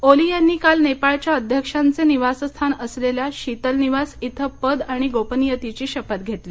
ओली यांनी काल नेपाळच्या अध्यक्षांचे निवासस्थान असलेल्या शीतल निवास इथं पद आणि गोपनीयतेची शपथ घेतली